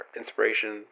inspiration